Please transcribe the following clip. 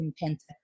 intense